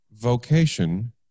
vocation